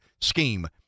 scheme